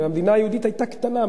המדינה היהודית היתה קטנה,